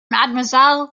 mademoiselle